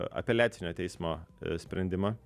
apeliacinio teismo sprendimą